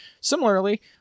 similarly